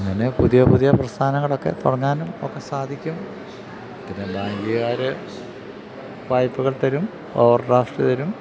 അങ്ങനെ പുതിയ പുതിയ പ്രസ്ഥാനങ്ങളൊക്കെ തുടങ്ങാനുമൊക്കെ സാധിക്കും പിന്നെ ബാങ്കുകാര് വായ്പ്പകൾ തരും ഓവർ ഡ്രാഫറ്റ് തരും